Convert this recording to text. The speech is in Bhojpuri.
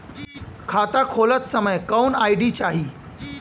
खाता खोलत समय कौन आई.डी चाही?